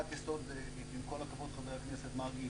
עם כל הכבוד חבר הכנסת מרגי,